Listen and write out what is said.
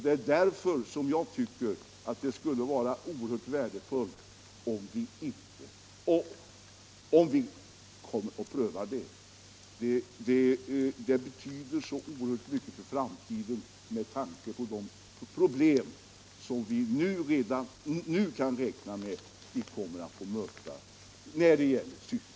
Det är därför jag tycker att det skulle vara så oerhört värdefullt att pröva Mineralprojektet Ranstad —- det betyder så mycket för framtiden med tanke på de problem som vi kan räkna med att få möta när det gäller utveckling av näringslivet och sysselsättningen för länets invånare.